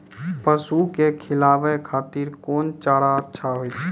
पसु के खिलाबै खातिर कोन चारा अच्छा होय छै?